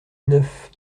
neuf